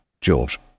George